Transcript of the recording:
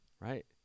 right